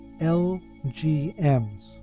LGMs